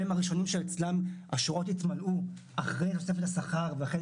והם הראשונים שאצלם השורות יתמלאו אחרי תוספת השכר ואחרי